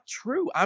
true